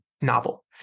novel